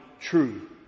true